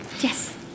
Yes